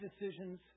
decisions